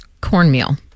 Cornmeal